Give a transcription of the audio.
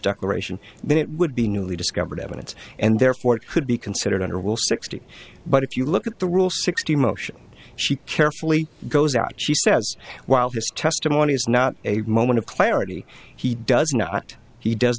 declaration then it would be newly discovered evidence and therefore it could be considered honorable sixty but if you look at the rule sixty motion she carefully goes out she says while his testimony is not a moment of clarity he does not he does